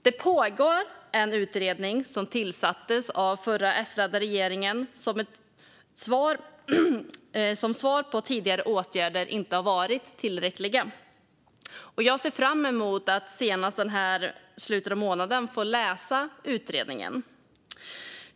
Det pågår en utredning som tillsattes av den förra S-ledda regeringen som svar på att tidigare åtgärder inte varit tillräckliga. Jag ser fram emot att senast i slutet av månaden få läsa resultatet av utredningen.